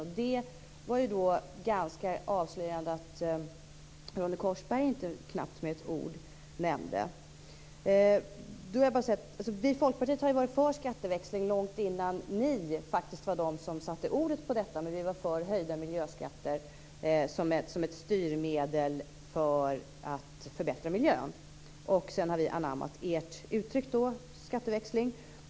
Det var ju ganska avslöjande att Ronny Korsberg knappast med ett ord nämnde detta. Vi i Folkpartiet har ju varit för skatteväxling långt innan ni faktiskt satte ord på detta. Vi var för höjda miljöskatter som ett styrmedel för att förbättra miljön. Sedan har vi anammat ert uttryck, alltså skatteväxling.